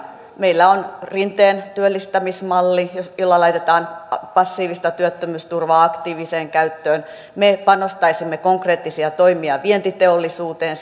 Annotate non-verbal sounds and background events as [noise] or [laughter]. meillä on rinteen työllistämismalli sillä laitetaan passiivista työttömyysturvaa aktiiviseen käyttöön me panostaisimme konkreettisia toimia vientiteollisuuteen [unintelligible]